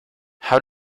how